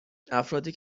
افرادی